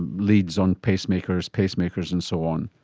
leads on pacemakers, pacemakers and so on.